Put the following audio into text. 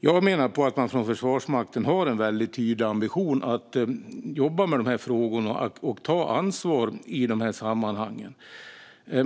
Jag menar att man från Försvarsmakten har en väldigt tydlig ambition att jobba med dessa frågor och ta ansvar i dessa sammanhang.